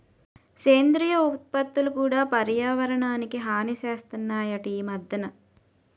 సేంద్రియ ఉత్పత్తులు కూడా పర్యావరణానికి హాని సేస్తనాయట ఈ మద్దెన